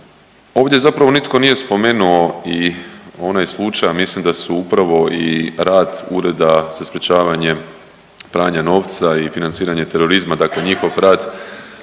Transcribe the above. Ovdje zapravo nitko nije spomenuo i onaj slučaj i ja mislim da su upravo i rad Ureda za sprječavanje pranja novca i financiranje terorizma, dakle njihov rad